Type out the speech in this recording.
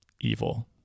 evil